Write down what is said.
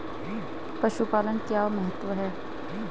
पशुपालन का क्या महत्व है?